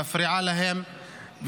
מפריעה להם,